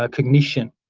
ah cognition,